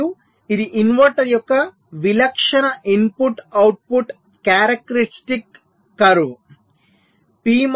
మరియు ఇది ఇన్వర్టర్ యొక్క విలక్షణ ఇన్పుట్ అవుట్పుట్ క్యారెక్టరిస్టిక్ కర్వ్